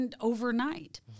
overnight